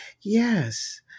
Yes